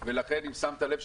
ולכן אם שמת לב,